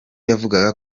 yavugaga